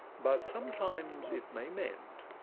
but sometimes it may mend,